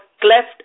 cleft